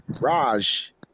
Raj